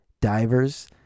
divers